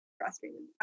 frustrated